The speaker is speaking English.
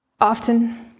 Often